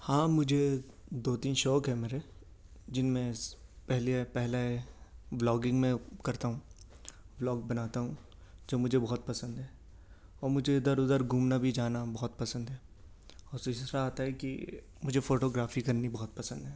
ہاں مجھے دو تین شوق ہے میرے جن میں سے پہلے پہلا بلاگنگ میں کرتا ہوں بلاگ بناتا ہوں جو مجھے بہت پسند ہے اور مجھے ادھر ادھر گھومنا بھی جانا بہت پسند ہے اور اسی سی طرح آتا ہے کہ مجھے فوٹو گرافی کرنی بہت پسند ہے